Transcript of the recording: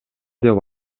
деп